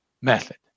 method